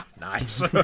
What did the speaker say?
Nice